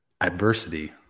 adversity